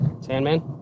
Sandman